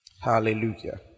Hallelujah